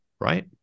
right